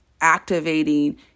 activating